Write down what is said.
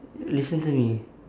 listen to me